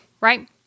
Right